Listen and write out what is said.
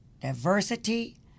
diversity